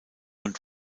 und